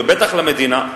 ובטח למדינה,